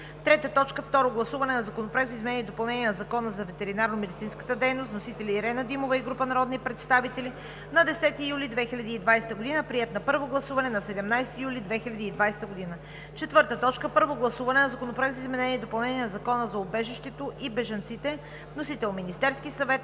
2020 г. 3. Второ гласуване на Законопроекта за изменение и допълнение на Закона за ветеринарномедицинската дейност. Вносители: Ирена Димова и група народни представители, 10 юли 2020 г., приет на първо гласуване на 17 юли 2020 г. 4. Първо гласуване на Законопроекта за изменение и допълнение на Закона за убежището и бежанците. Вносител: Министерският съвет,